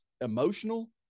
emotional